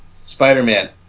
spider-man